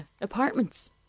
apartments